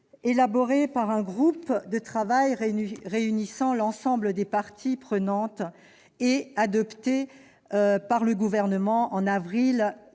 élaborée par un groupe de travail réunissant l'ensemble des parties prenantes et adoptée par le Gouvernement en avril 2014.